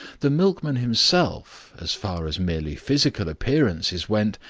the milkman himself, as far as merely physical appearances went,